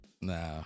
Nah